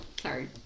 Sorry